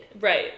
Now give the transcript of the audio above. Right